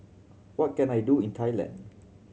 what can I do in Thailand